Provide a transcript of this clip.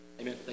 Amen